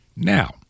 Now